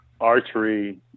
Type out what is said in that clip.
archery